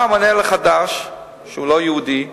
בא המנהל החדש, שהוא לא יהודי,